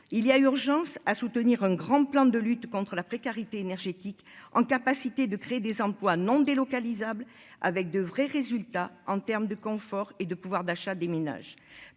il y a urgence à soutenir un grand plan de lutte contre la précarité énergétique en capacité de créer des emplois non délocalisables, avec de vrais résultats en terme de confort et de pouvoir d'achat des ménages